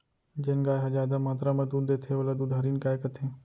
जेन गाय ह जादा मातरा म दूद देथे ओला दुधारिन गाय कथें